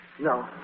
No